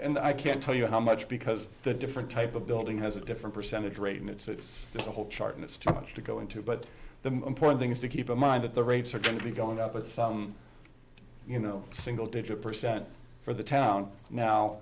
and i can't tell you how much because the different type of building has a different percentage rate and it's there's a whole chart and it's too much to go into but the important thing is to keep in mind that the rates are going to be going up but you know single digit percent for the town now